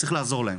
לעזור להם